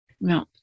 No